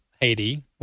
haiti